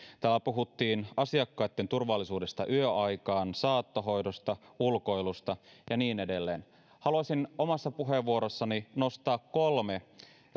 täällä puhuttiin asiakkaitten turvallisuudesta yöaikaan saattohoidosta ulkoilusta ja niin edelleen haluaisin omassa puheenvuorossani nostaa kolme